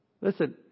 Listen